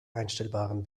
einstellbaren